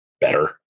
better